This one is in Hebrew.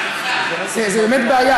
זה באמת בעיה,